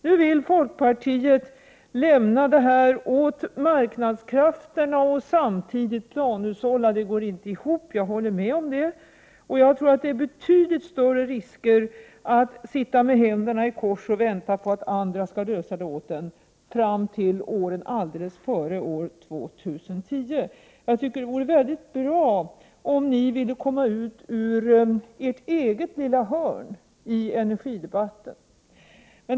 Nu vill folkpartiet lämna över detta till marknadskrafterna och samtidigt planhushålla. Men det går inte ihop. Jag tror att det innebär betydligt större risk att sitta med händerna i kors och vänta på att andra skall lösa detta problem fram till åren före år 2010. Jag tycker att det vore mycket bra om folkpartiet ville komma fram ur sitt eget lilla hörn i energidebatten.